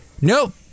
Nope